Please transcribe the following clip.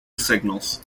signals